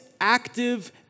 active